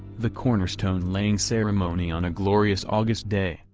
the cornerstone laying ceremony on a glorious august day,